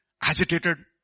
agitated